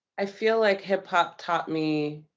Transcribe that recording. i feel like hip-hop taught me